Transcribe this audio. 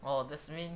oh that mean